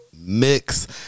mix